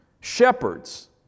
shepherds